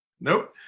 Nope